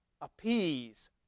appease